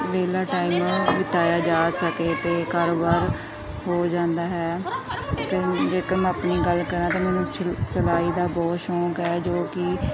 ਵਿਹਲਾ ਟਾਈਮ ਬਿਤਾਇਆ ਜਾ ਸਕੇ ਅਤੇ ਕਾਰੋਬਾਰ ਹੋ ਜਾਂਦਾ ਹੈ ਅਤੇ ਜੇਕਰ ਮੈਂ ਆਪਣੀ ਗੱਲ ਕਰਾਂ ਤਾਂ ਮੈਨੂੰ ਸ਼ਿਲ ਸਿਲਾਈ ਦਾ ਬਹੁਤ ਸ਼ੌਕ ਹੈ ਜੋ ਕਿ